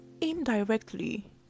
indirectly